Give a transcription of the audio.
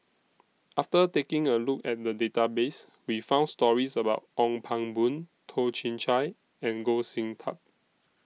after taking A Look At The Database We found stories about Ong Pang Boon Toh Chin Chye and Goh Sin Tub